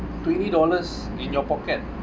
twenty dollars in your pocket